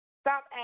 Stop